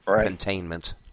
containment